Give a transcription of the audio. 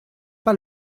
pas